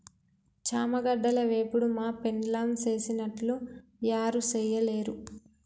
చామగడ్డల వేపుడు మా పెండ్లాం సేసినట్లు యారు సెయ్యలేరు